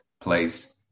place